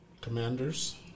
Commanders